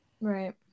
Right